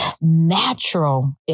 natural